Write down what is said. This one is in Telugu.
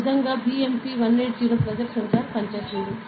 ఈ విధంగా BMP 180 ప్రెజర్ సెన్సార్ పనిచేస్తుంది